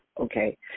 okay